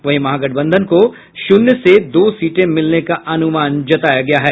वहीं महागठबंधन को शून्य से दो सीटें मिलने का अनुमान है